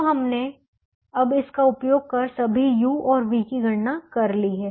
तो हमने अब इसका उपयोग कर सभी u और v की गणना कर ली है